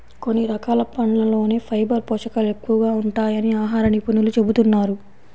కొన్ని రకాల పండ్లల్లోనే ఫైబర్ పోషకాలు ఎక్కువగా ఉంటాయని ఆహార నిపుణులు చెబుతున్నారు